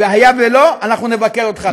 והיה ולא, אנחנו נבקר אותך.